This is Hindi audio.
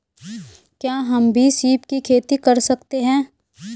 क्या हम भी सीप की खेती कर सकते हैं?